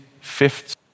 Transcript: fifth